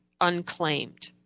unclaimed